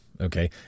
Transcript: Okay